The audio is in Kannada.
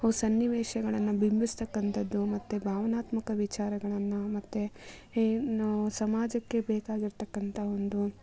ಸನ್ನಿವೇಶಗಳನ್ನ ಬಿಂಬಿಸ್ತಕಂಥದ್ದು ಮತ್ತು ಭಾವನಾತ್ಮಕ ವಿಚಾರಗಳನ್ನು ಮತ್ತು ಏ ನು ಸಮಾಜಕ್ಕೆ ಬೇಕಾಗಿರ್ತಕ್ಕಂಥ ಒಂದು